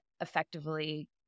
effectively